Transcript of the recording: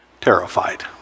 terrified